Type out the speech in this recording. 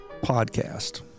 Podcast